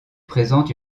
présente